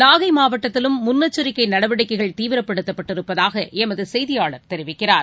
நாகைமாவட்டத்திலும் முன்னெச்சரிக்கைநடவடிக்கைகள் தீவிரப்படுத்தப்பட்டிருப்பதாகஎமதுசெய்தியாளர் தெரிவிக்கிறார்